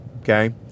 okay